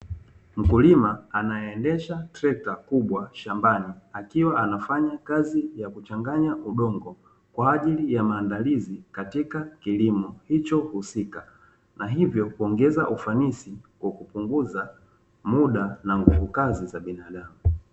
Mkulima anayeendesha trekta kubwa shambani, akiwa anafanya kazi ya kuchanganya udongo, kwa ajili ya maandalizi katika a kilimo hicho husika, na hivyo kuongeza ufanisi, kwa kupunguza muda na nguvukazi za binadamu.